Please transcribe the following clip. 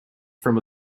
from